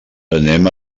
anem